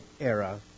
era